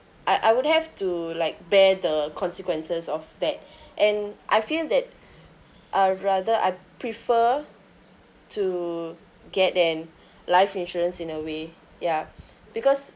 I I would have to like bear the consequences of that and I feel that I rather I prefer to get an life insurance in a way ya because